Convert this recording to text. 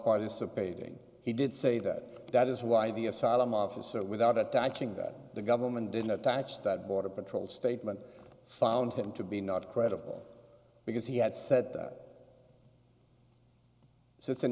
participating he did say that that is why the asylum officer without attaching that the government didn't attach that border patrol statement found him to be not credible because he had said so it's an